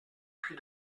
puy